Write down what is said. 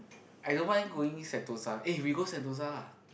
I don't mind going Sentosa eh we go Sentosa lah